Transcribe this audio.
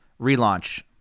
Relaunch